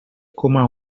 coma